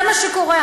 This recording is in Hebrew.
זה מה שקורה,